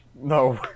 No